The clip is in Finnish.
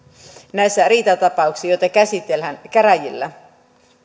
näissä riitatapauksissa joita käsitellään käräjillä